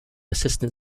assistant